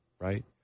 Right